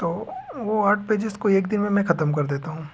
तो वो आठ पेजेज़ को एक दिन में मैं खतम कर देता हूँ